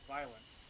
Violence